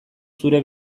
zure